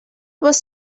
was